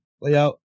layout